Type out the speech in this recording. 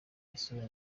isura